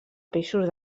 peixos